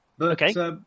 okay